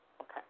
Okay